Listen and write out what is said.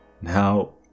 Now